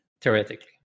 theoretically